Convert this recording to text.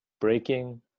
breaking